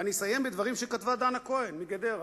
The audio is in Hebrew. ואני אסיים בדברים שכתבה דנה כהן מגדרה,